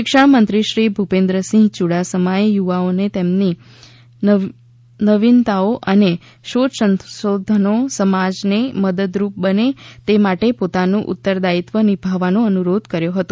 શિક્ષણ મંત્રી શ્રી ભૂપેન્દ્ર સિંહ યુડાસમાએ યુવાનોને તેમની નવીનતાઓ અને શોધ સંશોધનો સમાજને મદદરૂપ બને તે માટે પોતાનું ઉત્તરદાયિત્વ નિભાવવાનો અનુરોધ કર્યો હતો